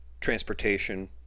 transportation